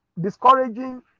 discouraging